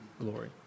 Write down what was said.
glory